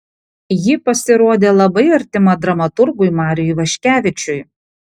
ji pasirodė labai artima dramaturgui mariui ivaškevičiui